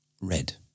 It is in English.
red